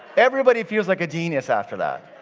everybody feels like a genius after that.